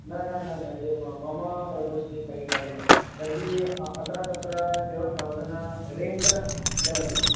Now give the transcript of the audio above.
न न न न ए मम प्रकोष्ठे फ़ै थौसण्द् अस्ति तर्हि अत्र तत्र सेवेन् थौसना रेण्ट् चलति वा